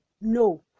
No